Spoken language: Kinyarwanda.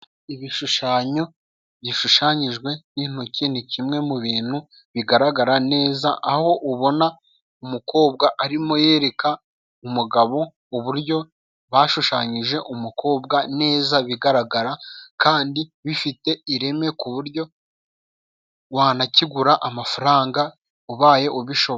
Ibishushanyo bishushanyijwe n'intoki ni kimwe mu bintu bigaragara neza, aho ubona umukobwa arimo yereka umugabo uburyo bashushanyije umukobwa neza bigaragara, kandi bifite ireme ku buryo wanakigura amafaranga ubaye ubishoboye.